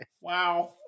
Wow